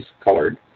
colored